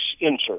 insert